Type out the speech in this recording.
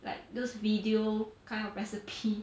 like those video kind of recipe